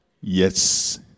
Yes